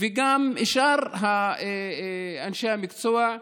וגם שאר אנשי המקצוע,